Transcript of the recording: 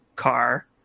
Car